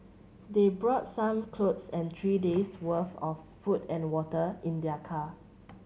they brought some clothes and three day's worth of food and water in their car